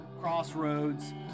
crossroads